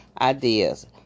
ideas